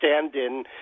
stand-in